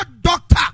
doctor